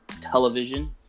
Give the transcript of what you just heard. television